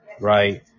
right